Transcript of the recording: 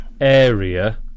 area